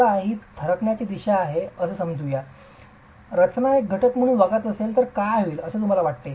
चला ही थरथरण्याची दिशा आहे असे समजू या रचना एक घटक म्हणून वागत नसेल तर काय होईल असे तुम्हाला वाटते